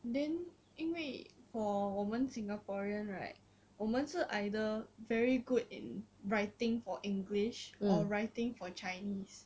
then 因为 for 我们 singaporean right 我们是 either very good in writing for english or writing for chinese